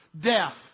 death